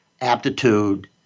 aptitude